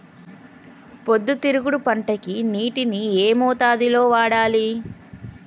పొద్దుతిరుగుడు పంటకి నీటిని ఏ మోతాదు లో వాడాలి?